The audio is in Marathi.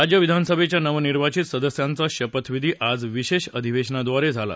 राज्य विधानसभेच्या नवनिर्वाचित सदस्यांचा शपथविधी आज विशेष अधिवेशनाद्वारे झाला